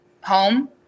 home